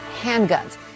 handguns